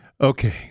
Okay